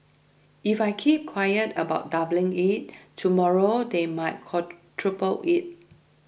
if I keep quiet about doubling it tomorrow they might quadruple it